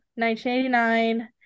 1989